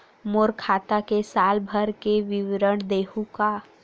मोर खाता के साल भर के विवरण देहू का?